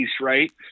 right